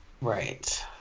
Right